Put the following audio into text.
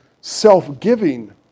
self-giving